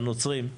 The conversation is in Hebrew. לנוצרים,